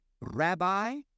Rabbi